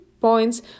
points